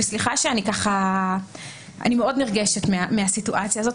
וסליחה שאני מאוד נרגשת מהסיטואציה הזאת,